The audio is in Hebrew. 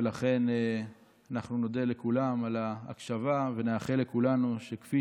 ולכן אנחנו נודה לכולם על ההקשבה ונאחל לכולנו שכפי